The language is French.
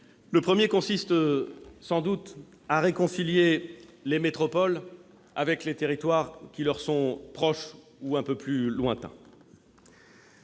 Il s'agit tout d'abord de réconcilier les métropoles avec les territoires qui leur sont proches ou un peu plus lointains.